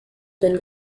been